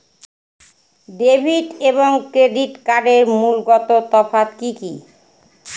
Debit এবং credit কার্ডের মূলগত তফাত কি কী?